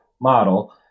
model